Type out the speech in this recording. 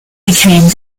became